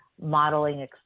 modeling